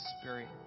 Spirit